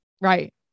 Right